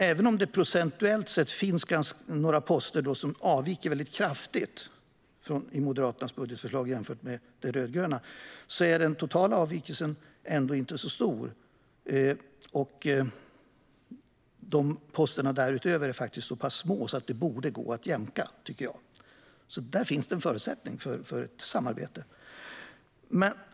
Även om det procentuellt finns några poster som avviker kraftigt i Moderaternas budgetförslag jämfört med den rödgröna regeringens är den totala avvikelsen ändå inte så stor. Posterna därutöver är så pass små att det borde gå att jämka, tycker jag. Där finns det en förutsättning för ett samarbete.